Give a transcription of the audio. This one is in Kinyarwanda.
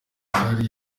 hari